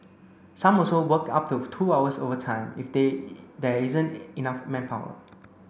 some also work up to two hours overtime if there isn't enough manpower